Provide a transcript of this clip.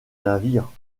navire